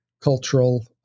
cultural